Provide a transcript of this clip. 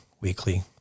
weekly